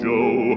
Joe